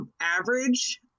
average